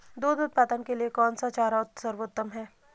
दूध उत्पादन के लिए कौन सा चारा सर्वोत्तम है?